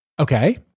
Okay